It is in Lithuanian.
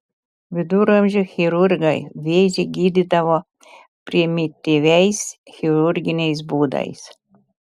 viduramžių chirurgai vėžį gydydavo primityviais chirurginiais būdais